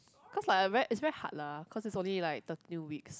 cause like a very is very hard lah cause is only like thirteen weeks